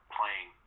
playing